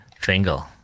Fingal